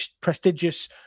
prestigious